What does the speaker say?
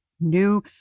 new